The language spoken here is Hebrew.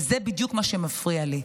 וזה בדיוק מה שמפריע לי,